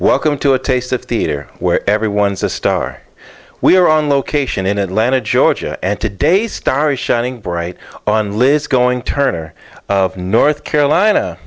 welcome to a taste of theatre where everyone's a star we're on location in atlanta georgia and today's star is shining bright on liz going turner of north carolina